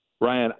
Ryan